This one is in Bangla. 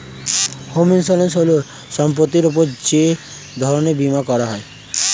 হোম ইন্সুরেন্স হল সম্পত্তির উপর যে ধরনের বীমা করা হয়